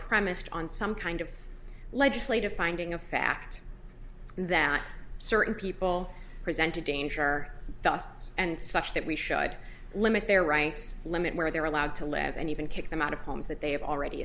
premised on some kind of legislative finding of fact that certain people present a danger to us and such that we should limit their rights limit where they're allowed to live and even kick them out of homes that they have already